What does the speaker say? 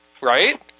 Right